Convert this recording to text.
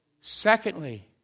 Secondly